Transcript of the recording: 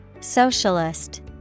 Socialist